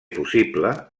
possible